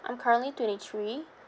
I'm currently twenty three